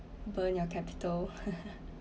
burn your capital